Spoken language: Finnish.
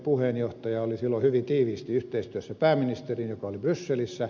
puheenjohtaja oli silloin hyvin tiiviisti yhteistyössä pääministeriin joka oli brysselissä